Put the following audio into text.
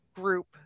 group